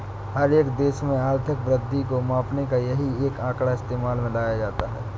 हर एक देश में आर्थिक वृद्धि को मापने का यही एक आंकड़ा इस्तेमाल में लाया जाता है